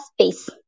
space